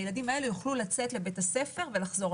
הילדים האלה יוכלו לצאת לבית הספר ולחזור,